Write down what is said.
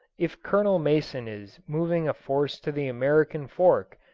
if colonel mason is moving a force to the american fork,